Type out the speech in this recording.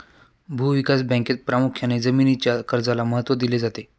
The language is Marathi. भूविकास बँकेत प्रामुख्याने जमीनीच्या कर्जाला महत्त्व दिले जाते